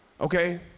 Okay